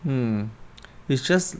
mm it's just